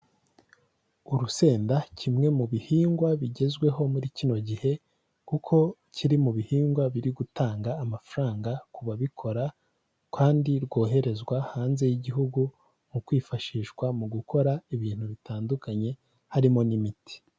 Urusenda kimwe mu bihingwa bigezweho muri kino gihe, kuko kiri mu bihingwa biri gutanga amafaranga ku babikora kandi rwoherezwa hanze y'igihugu mu kwifashishwa mu gukora ibintu bitandukanye, harimo n'imiti.